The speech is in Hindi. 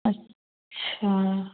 अच्छा